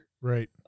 right